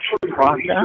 process